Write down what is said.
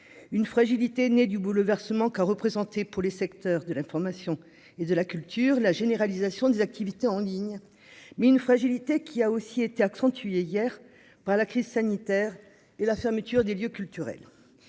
une fragilité née du bouleversement qu'a représenté pour les secteurs de l'information et de la culture, la généralisation des activités en ligne mais une fragilité qui a aussi été accentuée hier par la crise sanitaire et la fermeture des lieux culturels